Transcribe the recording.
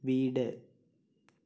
വീട്